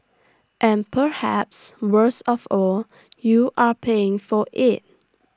and perhaps worst of all you are paying for IT